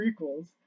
prequels